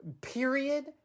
Period